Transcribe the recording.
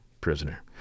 prisoner